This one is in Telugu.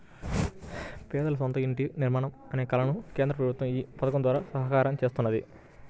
పేదల సొంత ఇంటి నిర్మాణం అనే కలను కేంద్ర ప్రభుత్వం ఈ పథకం ద్వారా సాకారం చేస్తున్నది